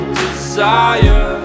desire